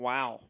Wow